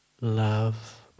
love